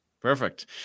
Perfect